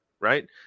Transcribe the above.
Right